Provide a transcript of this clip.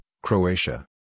Croatia